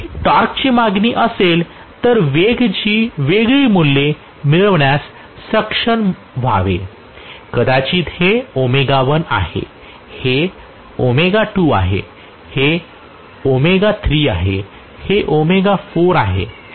जर ही टॉर्कची मागणी असेल तर वेगची वेगळी मूल्ये मिळविण्यात सक्षम व्हावे कदाचित हे आहे हे आहेहे आहेहे आहे